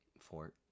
fort